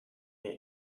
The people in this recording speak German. mir